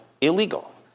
illegal